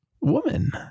woman